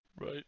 Right